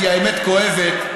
כי האמת כואבת,